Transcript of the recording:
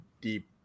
deep